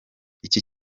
iki